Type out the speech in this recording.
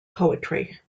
poetry